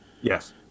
Yes